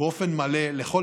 באופן מלא לכל